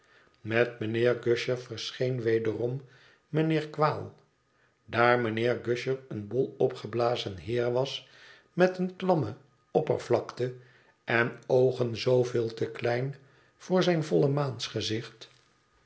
met mijnheer gusher verscheen wederom mijnheer quale daar mijnheer gusher een bol opgeblazen heer was met eene klamme oppervlakte en oogen zooveel te klein voor zijn volle maansgezicht